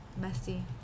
messy